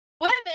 Women